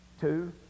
Two